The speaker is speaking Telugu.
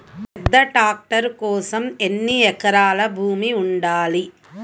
పెద్ద ట్రాక్టర్ కోసం ఎన్ని ఎకరాల భూమి ఉండాలి?